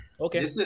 Okay